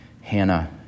Hannah